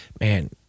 man